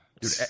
dude